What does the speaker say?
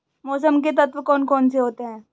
मौसम के तत्व कौन कौन से होते हैं?